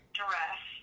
dress